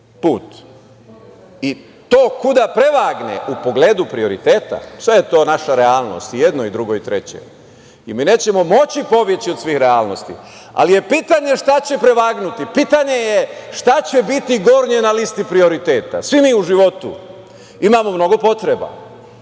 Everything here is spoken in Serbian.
put. To kuda prevagne, u pogledu prioriteta, sve je to naša realnost, i jedno i drugo i treće, i mi nećemo moći pobeći od svih realnosti, ali je pitanje šta će prevagnuti, pitanje je šta će biti gornje na listi prioriteta. Svi mi u životu imamo mnogo potreba,